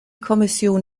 kommission